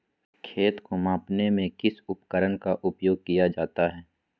खेत को मापने में किस उपकरण का उपयोग किया जाता है?